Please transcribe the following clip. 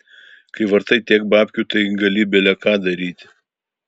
kai vartai tiek babkių tai gali bele ką daryti